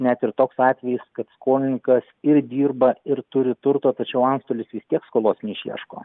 net ir toks atvejis kad skolininkas ir dirba ir turi turto tačiau antstolis vis tiek skolos neišieško